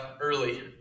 early